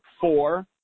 four